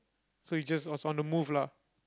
so he just was on the move lah